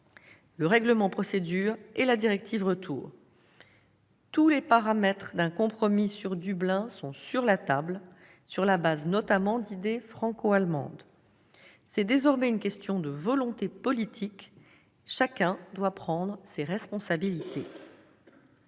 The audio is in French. le règlement Procédures et la directive Retour. Tous les paramètres d'un compromis sur cette réforme sont sur la table, sur la base notamment d'idées franco-allemandes. C'est désormais une question de volonté politique. Chacun doit prendre ses responsabilités.